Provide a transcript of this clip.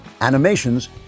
Animations